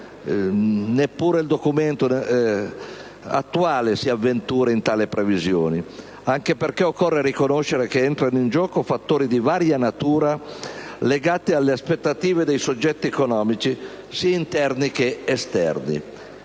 neppure il Documento attuale si avventura in tali previsioni, anche perché occorre riconoscere che entrano in gioco fattori di varia natura, legati alle aspettative dei soggetti economici sia interni sia esterni.